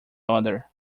other